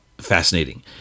fascinating